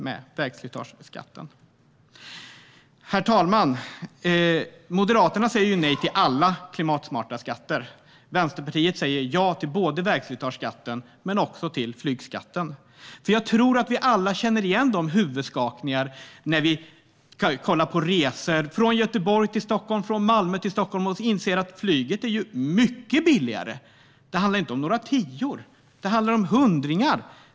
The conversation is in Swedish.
Herr talman! Moderaterna säger nej till alla klimatsmarta skatter. Vänsterpartiet säger ja till både vägslitageskatten och flygskatten. Jag tror att vi alla känner igen huvudskakningarna när vi kollar på priser för resor från Göteborg till Stockholm och från Malmö till Stockholm och inser att flyget är mycket billigare. Det handlar inte om några tior. Det handlar om hundringar.